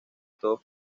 todos